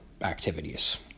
activities